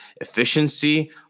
efficiency